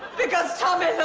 because tommy so